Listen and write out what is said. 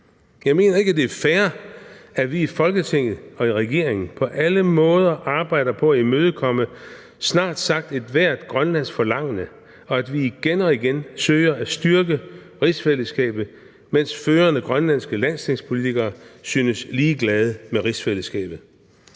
Jeg mener ikke, det er fair, at vi i Folketinget og i regeringen på alle måder arbejder på imødekomme snart sagt ethvert grønlandsk forlangende, og at vi igen og igen søger at styrke rigsfællesskabet, mens førende grønlandske landstingspolitikere synes ligeglade med rigsfællesskabet.